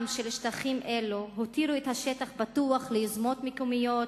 של שטחים אלה הותיר את השטח פתוח ליוזמות מקומיות,